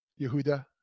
Yehuda